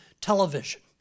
television